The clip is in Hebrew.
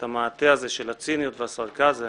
את המעטה הזה של הציניות והסרקזם